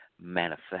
manifest